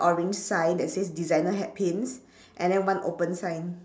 orange sign that says designer hat pins and then one open sign